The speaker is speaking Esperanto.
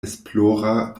esplora